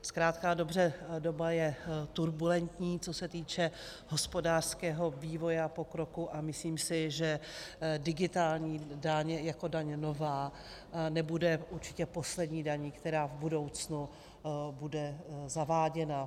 Zkrátka a dobře, doba je turbulentní, co se týče hospodářského vývoje a pokroku, a myslím si, že digitální daň jako daň nová nebude určitě poslední daní, která v budoucnu bude zaváděna.